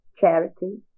Charity